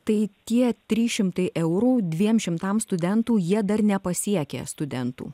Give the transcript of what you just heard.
tai tie trys šimtai eurų dviem šimtams studentų jie dar nepasiekė studentų